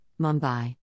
Mumbai